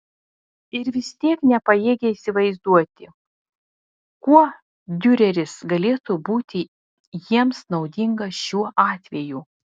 ir vis tiek nepajėgė įsivaizduoti kuo diureris galėtų būti jiems naudingas šiuo atveju